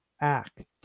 act